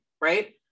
right